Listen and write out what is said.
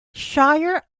shire